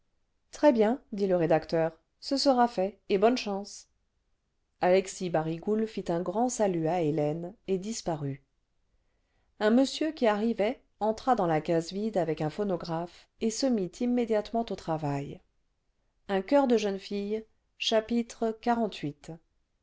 très bien dit le rédacteur ce sera fait et bonne chance alexis barigoul fit un graud salut à hélène et disparut un monsieur qui arrivait entra dans la case vide avec un phonographe et se mit immédiatement au travail un coeur de jeune fille chapitre